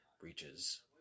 breaches